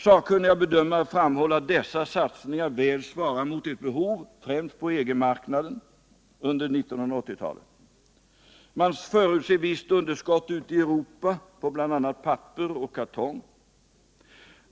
Sakkunniga bedömare framhåller att dessa satsningar väl svarar mot ett behov, främst på EG-marknaden, under 1980-talet. Man förutser ett visst underskott ute i Europa på bl.a. papper och kartong.